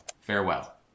farewell